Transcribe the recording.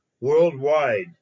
worldwide